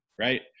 right